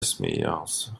смеялся